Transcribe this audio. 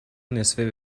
نصفه